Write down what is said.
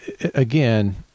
again